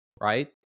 right